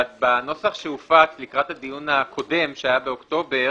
בנוסח שהופץ לקראת הדיון הקודם, שהיה באוקטובר,